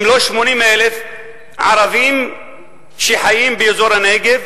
אם לא 80,000 ערבים שחיים באזור הנגב